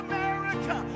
America